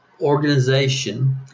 organization